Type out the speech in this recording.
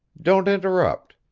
don't interrupt.